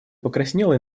покраснела